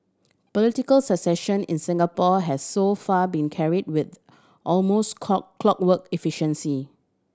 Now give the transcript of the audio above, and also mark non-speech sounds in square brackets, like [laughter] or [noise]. political succession in Singapore has so far been carried with almost [unintelligible] clockwork efficiency